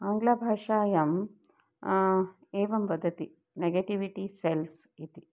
आङ्ग्लभाषायाम् एवं वदति negativity cells इति